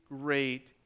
great